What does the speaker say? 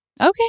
Okay